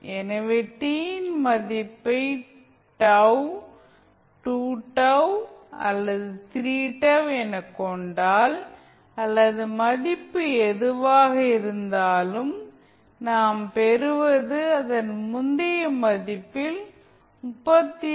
எனவே t இன் மதிப்பை τ 2τ அல்லது 3τ எனக் கொண்டால் அல்லது மதிப்பு எதுவாக இருந்தாலும் நாம் பெறுவது அதன் முந்தைய மதிப்பில் 36